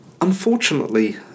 Unfortunately